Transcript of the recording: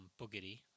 boogity